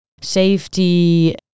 safety